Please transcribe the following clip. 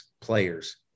players